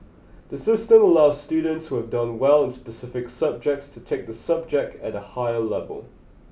the system allows students who have done well in specific subjects to take the subject at a higher level